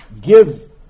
give